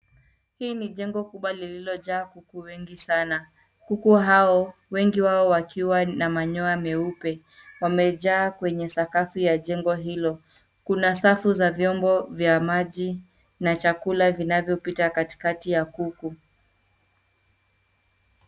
Hii ni jengo kubwa lililojaa kuku wengi sana. Kuku hao wengi wao wakiwa na manyoya meupe wamejaa kwenye sakafu ya jengo hilo. Kuna safu za vyombo vya maji na chakula vinavyopita katikati ya kuku.